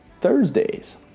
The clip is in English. Thursdays